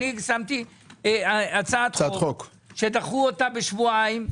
אני שמתי הצעת חוק שדחו אותה בשבועיים,